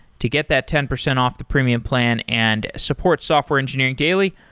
to get that ten percent off the premium plan and support software engineering daily,